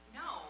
no